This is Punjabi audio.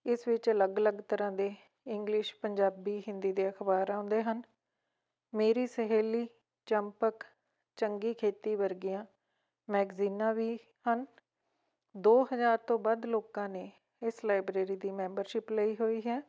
ਇਸ ਵਿੱਚ ਅਲੱਗ ਅਲੱਗ ਤਰ੍ਹਾਂ ਦੇ ਇੰਗਲਿਸ਼ ਪੰਜਾਬੀ ਹਿੰਦੀ ਦੇ ਅਖਬਾਰ ਆਉਂਦੇ ਹਨ ਮੇਰੀ ਸਹੇਲੀ ਚੰਪਕ ਚੰਗੀ ਖੇਤੀ ਵਰਗੀਆਂ ਮੈਗਜ਼ੀਨਾਂ ਵੀ ਹਨ ਦੋ ਹਜ਼ਾਰ ਤੋਂ ਵੱਧ ਲੋਕਾਂ ਨੇ ਇਸ ਲਾਇਬ੍ਰੇਰੀ ਦੀ ਮੈਂਬਰਸ਼ਿਪ ਲਈ ਹੋਈ ਹੈ